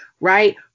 right